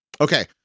Okay